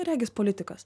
regis politikas